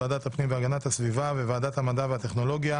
ועדת הפנים והגנת הסביבה וועדת המדע והטכנולוגיה,